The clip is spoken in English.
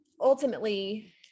ultimately